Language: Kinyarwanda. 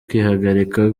kwihagarika